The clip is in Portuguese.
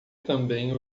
também